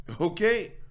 Okay